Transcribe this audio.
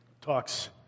talks